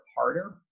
harder